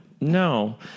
no